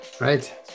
right